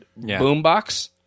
boombox